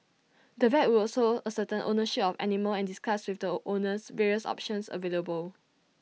the vet also ascertain ownership of animal and discuss with the O owner various options available